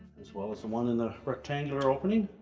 as well as the one in the rectangular opening.